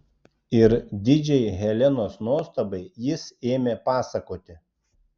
ir didžiai helenos nuostabai jis ėmė pasakoti